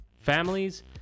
families